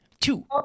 two